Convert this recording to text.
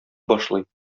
башлый